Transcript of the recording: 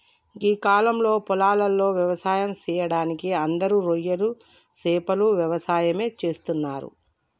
గీ కాలంలో పొలాలలో వ్యవసాయం సెయ్యడానికి అందరూ రొయ్యలు సేపల యవసాయమే చేస్తున్నరు